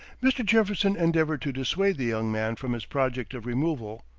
mr. jefferson endeavored to dissuade the young man from his project of removal.